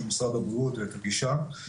של משרד הבריאות ואת הגישה.